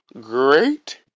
great